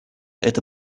это